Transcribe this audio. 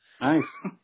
Nice